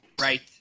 right